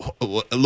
look